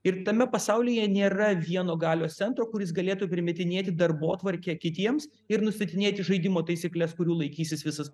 ir tame pasaulyje nėra vieno galios centro kuris galėtų primetinėti darbotvarkę kitiems ir nustatinėti žaidimo taisykles kurių laikysis visas